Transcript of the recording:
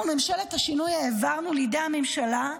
אנחנו, ממשלת השינוי, העברנו לידי הממשלה,